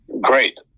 great